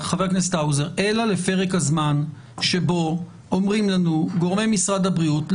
אלא לפרק הזמן שבו אומרים לנו גורמי משרד הבריאות: